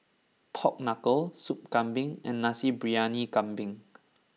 Pork Knuckle Sup Kambing and Nasi Briyani Kambing